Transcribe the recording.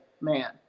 man